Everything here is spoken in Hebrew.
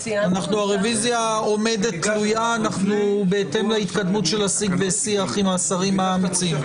הרביזיה עומדת ותלויה בהתאם להתקדמות השיג ושיח עם השרים המציעים.